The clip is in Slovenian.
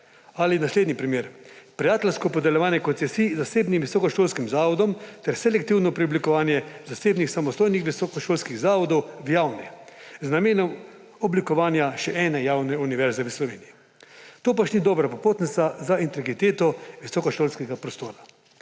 Ali naslednji primer: prijateljsko podeljevanje koncesij zasebnim in visokošolskim zavodom ter selektivno preoblikovanje zasebnih samostojnih visokošolskih zavodov v javne z namenom oblikovanja še ene javne univerze v Slovenije. To pač ni dobra popotnica za integriteto visokošolskega prostora.